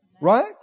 Right